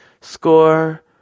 score